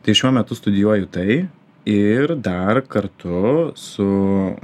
tai šiuo metu studijuoju tai ir dar kartu su